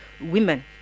women